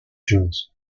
jewels